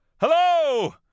Hello